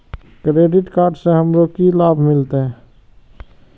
Credit card से हमरो की लाभ मिलते?